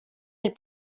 had